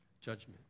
judgment